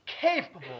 capable